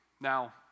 Now